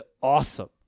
awesome